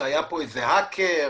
האקר